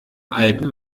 alten